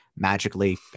Magically